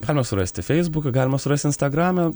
galima surasti feisbuke galima rasti instagrame